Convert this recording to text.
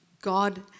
God